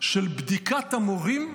של בדיקת המורים בישראל.